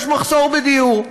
יש מחסור בדיור.